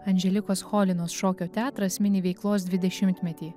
andželikos cholinos šokio teatras mini veiklos dvidešimtmetį